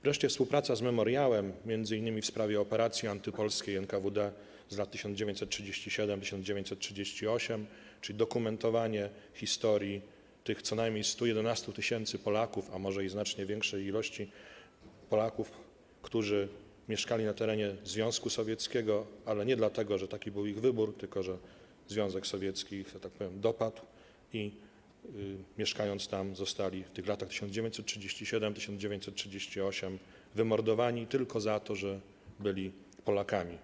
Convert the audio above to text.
Wreszcie współpraca z Memoriałem, m.in. w sprawie operacji antypolskiej NKWD z lat 1937-1938, czyli dokumentowanie historii tych co najmniej 111 tys. Polaków, a może i znacznie większej liczby Polaków, którzy mieszkali na terenie Związku Sowieckiego - ale nie dlatego, że taki był ich wybór, tylko dlatego, że Związek Sowiecki ich, że tak powiem, dopadł - i zostali w latach 1937-1938 wymordowani tylko za to, że byli Polakami.